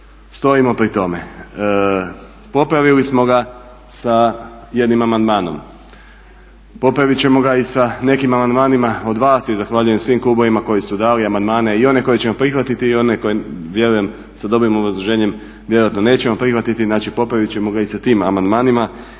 Stojimo pri tome. Popravili smo ga sa jednim amandmanom, popravit ćemo ga i sa nekim amandmanima od vas i zahvaljujem svim klubovima koji su dali amandmane i one koje ćemo prihvatiti i one koje vjerujem sa dobrim obrazloženjem vjerojatno nećemo prihvatiti. Znači popravit ćemo ga i sa tim amandmanima